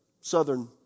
southern